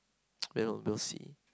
we'll we'll see